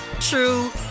true